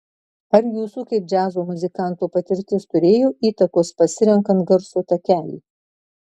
ar jūsų kaip džiazo muzikanto patirtis turėjo įtakos pasirenkant garso takelį